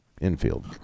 infield